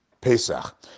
Pesach